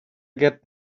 get